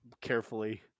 carefully